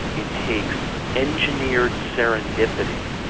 it takes engineered serendipity,